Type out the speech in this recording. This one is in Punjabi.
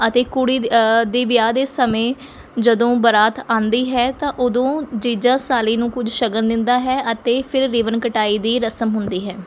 ਅਤੇ ਕੁੜੀ ਦ ਦੇ ਵਿਆਹ ਦੇ ਸਮੇਂ ਜਦੋਂ ਬਰਾਤ ਆਉਂਦੀ ਹੈ ਤਾਂ ਉਦੋਂ ਜੀਜਾ ਸਾਲੀ ਨੂੰ ਕੁਝ ਸ਼ਗਨ ਦਿੰਦਾ ਹੈ ਅਤੇ ਫਿਰ ਰਿਬਨ ਕਟਾਈ ਦੀ ਰਸਮ ਹੁੰਦੀ ਹੈ